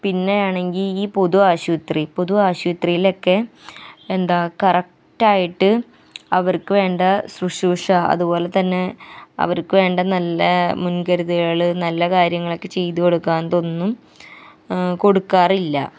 പിന്നെയാണെങ്കിൽ ഈ പൊതു ആശൂപത്രി പൊതു ആശൂപത്രിലെക്കെ എന്താ കറക്റ്റായിട്ട് അവർക്ക് വേണ്ട ശുശ്രൂഷ അതുപോലെ തന്നെ അവർക്ക് വേണ്ട നല്ല മുന്കരുതലുകൾ നല്ല കാര്യങ്ങളൊക്കെ ചെയ്ത് കൊടുക്കാൻ ഇതൊന്നും കൊടുക്കാറില്ല